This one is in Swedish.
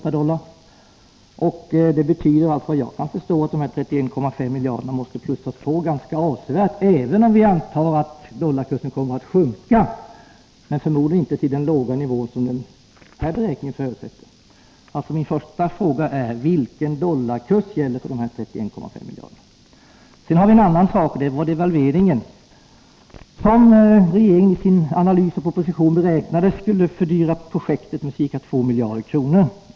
Efter vad jag kan förstå betyder det att dessa 31,5 miljarder måste ökas ganska avsevärt, även om vi antar att dollarkursen kommer att sjunka — men förmodligen kommer den inte att sjunka till den låga nivå som den här beräkningen förutsätter. Min första fråga är: Vilken dollarkurs gäller för de 31,5 miljarderna? I sin analys beräknade regeringen att devalveringen skulle fördyra projektet med ca 2 miljarder kronor.